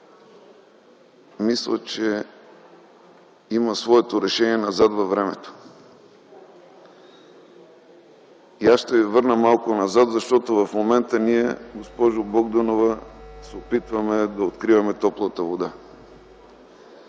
мисля, че има своето решение назад във времето. Ще ви върна малко назад, защото в момента, госпожо Богданова, ние се опитваме да откриваме топлата вода.